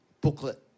booklet